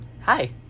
Hi